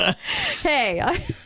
Hey